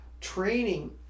training